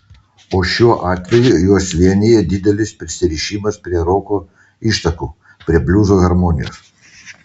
o šiuo atveju juos vienija didelis prisirišimas prie roko ištakų prie bliuzo harmonijos